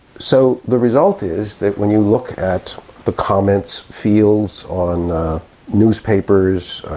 so the result is that when you look at the comments fields on newspapers,